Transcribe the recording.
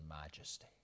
majesty